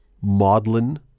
maudlin